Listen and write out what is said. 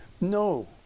No